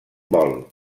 vol